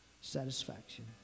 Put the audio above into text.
satisfaction